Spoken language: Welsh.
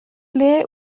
ble